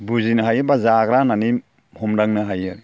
बुजिनो हायो एबा जाग्रा होननानै हमदांनो हायो आरो